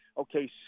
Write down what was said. Okay